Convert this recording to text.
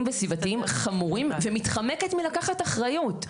וסביבתיים חמורים ומתחמקת מלקחת אחריות.